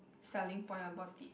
selling point about it